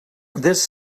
this